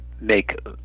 make